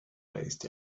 based